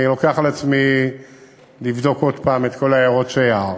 אני לוקח על עצמי לבדוק עוד פעם את כל ההערות שהערת.